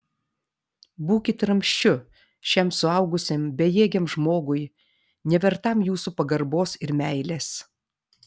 būkit ramsčiu šiam suaugusiam bejėgiam žmogui nevertam jūsų pagarbos ir meilės